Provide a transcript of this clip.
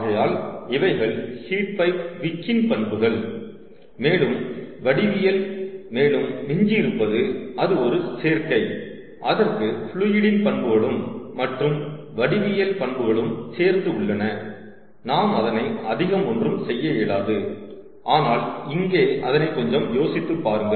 ஆகையால் இவைகள் heat pipe விக்கின் பண்புகள் மேலும் வடிவியல் மேலும் மிஞ்சி இருப்பது அது ஒரு சேர்க்கை அதற்கு ஃப்ளுயிடின் பண்புகளும் மற்றும் வடிவியல் பண்புகளும் சேர்ந்து உள்ளன நாம் அதனை அதிகம் ஒன்றும் செய்ய இயலாது ஆனால் இங்கே அதனை கொஞ்சம் யோசித்துப் பாருங்கள்